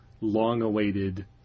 long-awaited